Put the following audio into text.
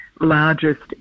largest